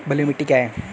बलुई मिट्टी क्या है?